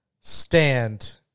stand